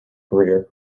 career